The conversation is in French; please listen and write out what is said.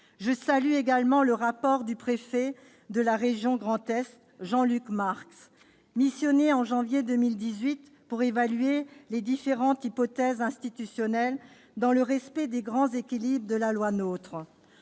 Je salue également le rapport du préfet de la région Grand Est, Jean-Luc Marx, missionné en janvier 2018 pour évaluer les différentes hypothèses institutionnelles dans le respect des grands équilibres de la loi NOTRe.